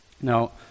Now